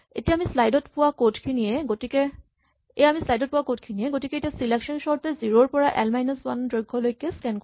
এয়া আমি স্লাইড ত পোৱা ক'ড খিনিয়েই গতিকে এতিয়া চিলেকচন চৰ্ট এ জিৰ' ৰ পৰা এল মাইনাচ ৱান দৈৰ্ঘলৈকে স্কেন কৰিব